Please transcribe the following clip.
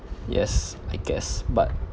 yes I guess but